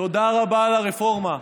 תודה רבה על הרפורמה,